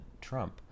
Trump